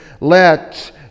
let